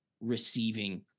receiving